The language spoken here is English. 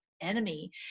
enemy